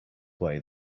way